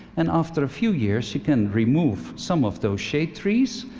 and after a few years, you can remove some of those shade trees.